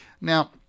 now